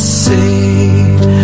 saved